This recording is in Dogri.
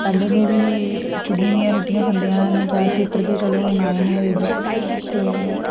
पैह्ले दे बी चुल्ली दियां रुटियां खंदे न गैस हीटर ते चलो हून आए न इद्धर ते